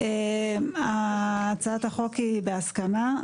הצעת החוק היא בהסכמה.